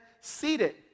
seated